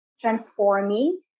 Transforming